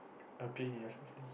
appear in your